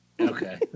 Okay